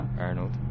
Arnold